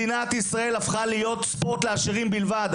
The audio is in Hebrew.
מדינת ישראל הפכה להיות ספורט לעשירים בלבד.